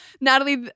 Natalie